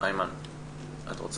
בבקשה